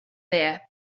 there